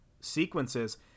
sequences